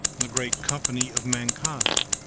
the great company of mankind.